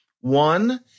one